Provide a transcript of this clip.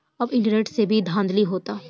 अब इंटरनेट से भी धांधली होता